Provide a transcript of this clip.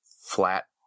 flat